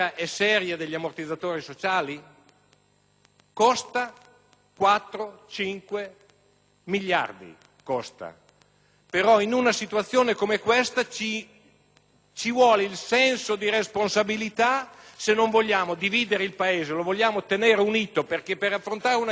Costa 4-5 miliardi, però in una situazione come questa ci vuole senso di responsabilità, se non vogliamo dividere il Paese e lo vogliamo tenere unito. Perché per affrontare una crisi così occorre tenere unito il Paese: